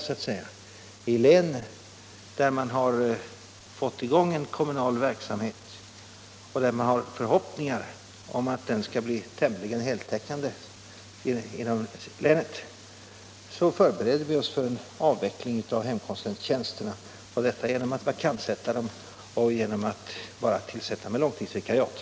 I län där man har fått i gång en kommunal verksamhet och där man har förhoppningar om att den skall bli tämligen heltäckande inom länet förbereder vi oss för en avveckling av hemkonsulenttjänsterna — och detta genom att vakanssätta dem och genom att bara tillsätta dem med långtidsvikariat.